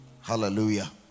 Hallelujah